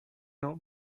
not